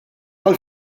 għal